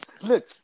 Look